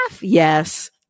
yes